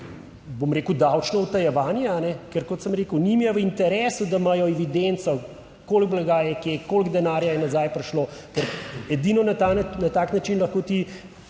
bom rekel davčno utajevanje, ker kot sem rekel, njim je v interesu, da imajo evidenco koliko blaga je kje, koliko denarja je nazaj prišlo, ker edino na tak način lahko ti